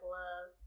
love